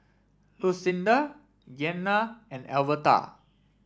Lucinda Gianna and Alverta